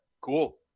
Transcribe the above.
cool